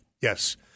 Yes